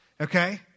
okay